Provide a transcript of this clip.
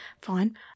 Fine